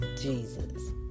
Jesus